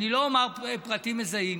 אני לא אומר פרטים מזהים,